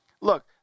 Look